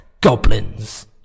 Goblins